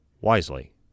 wisely